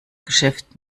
geschäft